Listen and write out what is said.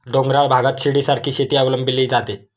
डोंगराळ भागात शिडीसारखी शेती अवलंबली जाते